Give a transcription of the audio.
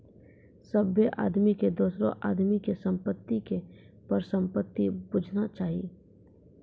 सभ्भे आदमी के दोसरो आदमी के संपत्ति के परसंपत्ति बुझना चाही